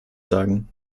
sagen